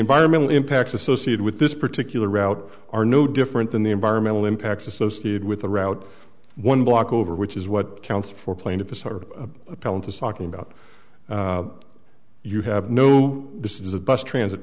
environmental impacts associated with this particular route are no different than the environmental impacts associated with the route one block over which is what counts for plaintiffs or appellant is talking about you have no this is a bus transit